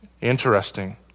Interesting